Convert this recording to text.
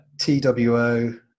TWO